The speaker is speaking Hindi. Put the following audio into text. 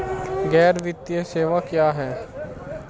गैर वित्तीय सेवाएं क्या हैं?